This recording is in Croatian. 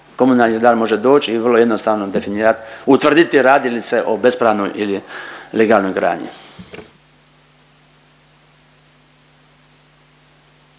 komunalni redar može doć i vrlo jednostavno definirat, utvrditi radi li se o bespravnoj ili legalnoj gradnji.